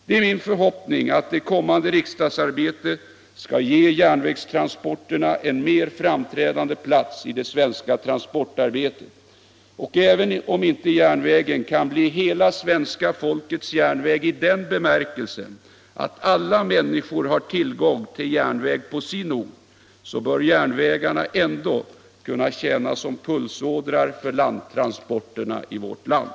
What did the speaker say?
Det är min förhoppning att det kommande riksdagsarbetet skall ge järnvägstransporterna en mer framträdande plats i det svenska transportarbetet, och även om inte järnvägen kan bli hela svenska folkets järnväg i den bemärkelsen att alla människor har tillgång till järnväg på sin ort, så bör järnvägarna ändå kunna tjäna som pulsådror för landtransporterna i vårt land.